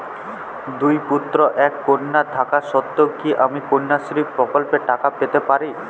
দুই পুত্র এক কন্যা থাকা সত্ত্বেও কি আমি কন্যাশ্রী প্রকল্পে টাকা পেতে পারি?